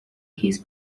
his